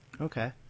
okay